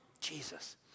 Jesus